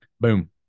Boom